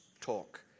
talk